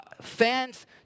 fans